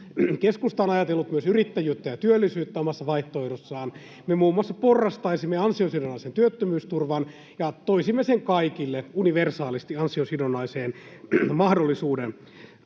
Keskusta on ajatellut myös yrittäjyyttä ja työllisyyttä omassa vaihtoehdossaan. Me muun muassa porrastaisimme ansiosidonnaisen työttömyysturvan ja toisimme kaikille universaalisti ansiosidonnaiseen mahdollisuuden.